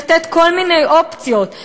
לתת כל מיני אופציות,